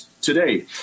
today